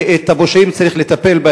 ובפושעים צריך לטפל.